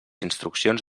instruccions